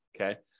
okay